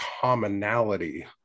commonality